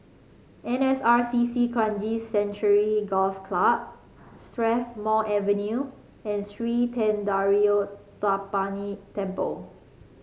N S R C C Kranji Sanctuary Golf Club Strathmore Avenue and Sri Thendayuthapani Temple